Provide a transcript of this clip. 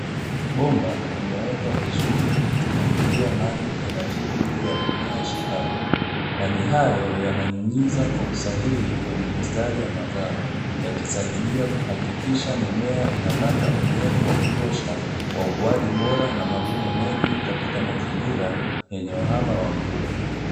Bomba limewekwa vizuri likimwagilia maji taratibu juu ya mimea shambani, maji hayo yana nyunyiza kwa usahihi kwenye mistari ya mazao, yakisaidia kuhakikisha mimea inapata unyevu wa kutosha kwa ukuaji bora na mavuno mengi katika mazingira yenye uhaba wa mvua.